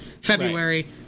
february